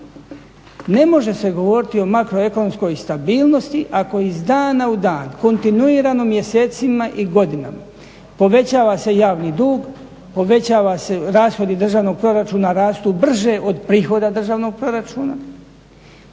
Ne može se govoriti o makroekonomskoj stabilnosti ako iz dana u dan kontinuirano mjesecima i godinama povećava se javni dug, povećava se rashodi državnog proračuna rastu brže od prihoda državnog proračuna,